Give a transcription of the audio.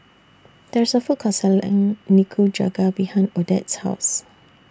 There IS A Food Court Selling Nikujaga behind Odette's House